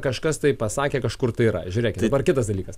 kažkas tai pasakė kažkur tai yra žiūrėk dabar kitas dalykas